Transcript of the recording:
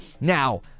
Now